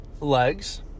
legs